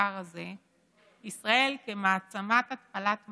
לדבר הזה ישראל, כמעצמת התפלת מים,